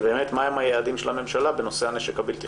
מהם היעדים של הממשלה בנושא הנשק הבלתי-חוקי?